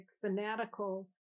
fanatical